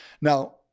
Now